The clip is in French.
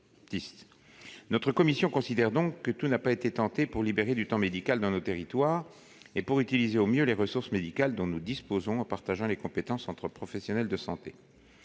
durable considère que tout n'a pas été tenté pour libérer du temps médical dans nos territoires et pour utiliser au mieux les ressources médicales dont nous disposons en partageant les compétences entre professionnels de santé.